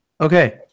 Okay